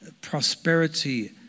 Prosperity